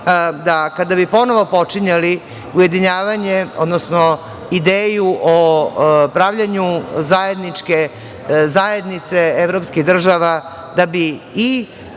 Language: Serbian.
kada bi ponovo počinjali ujedinjavanje, odnosno ideju o pravljenju zajedničke zajednice evropskih država da bi i